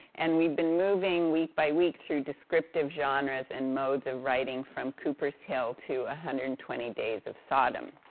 and we've been moving, week by week, through descriptive genres in modes of writing, from cowper's tale to one hundred and twenty days of sodom.